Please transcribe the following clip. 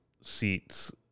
seats